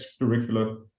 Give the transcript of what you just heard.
extracurricular